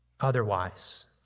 Otherwise